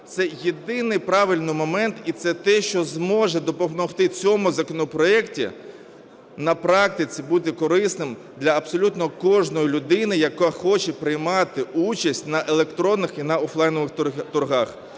Це єдиний правильний момент і це те, що зможе допомогти цьому законопроекту на практиці бути корисним для абсолютно кожної людини, яка хоче приймати участь на електронних і на офлайнових торгах.